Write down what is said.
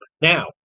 Now